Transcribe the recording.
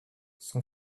son